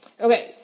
Okay